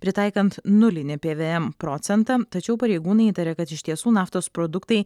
pritaikant nulinį pvm procentą tačiau pareigūnai įtaria kad iš tiesų naftos produktai